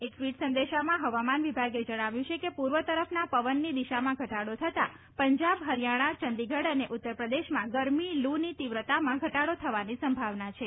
એક ટ્વીટ સંદેશામાં હવામાન વિભાગે જણાવ્યું છે કે પૂર્વ તરફના પવનની દિશામાં ઘટાડો થતાં પંજાબ હરિયાણા ચંડીગઢ અને ઉત્તર પ્રદેશમાં ગરમી લૂની તીવ્રતામાં ઘટાડો થવાની સંભાવના છે